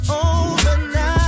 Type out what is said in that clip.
overnight